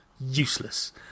useless